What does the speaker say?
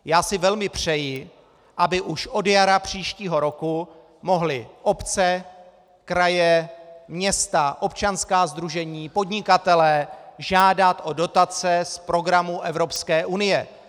Já si velmi přeji, aby už od jara příštího roku mohli obce, kraje, města, občanská sdružení, podnikatelé žádat o dotace z programů Evropské unie.